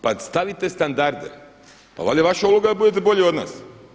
Pa stavite standarde pa valjda je vaša uloga da budete bolji od nas.